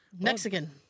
Mexican